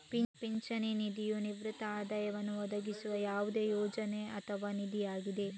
ಪಿಂಚಣಿ ನಿಧಿಯು ನಿವೃತ್ತಿ ಆದಾಯವನ್ನು ಒದಗಿಸುವ ಯಾವುದೇ ಯೋಜನೆ ಅಥವಾ ನಿಧಿಯಾಗಿದೆ